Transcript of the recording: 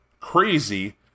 crazy